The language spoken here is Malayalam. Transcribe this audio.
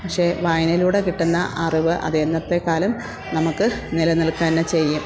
പക്ഷേ വായനയിലൂടെ കിട്ടുന്ന അറിവ് അത് എന്നത്തെക്കാളും നമുക്ക് നിലനിൽക്കുക തന്നെ ചെയ്യും